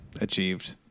achieved